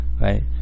right